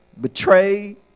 betrayed